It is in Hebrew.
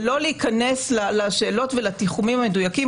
ולא להיכנס לשאלות ולתיחומים המדויקים,